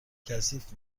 کثیف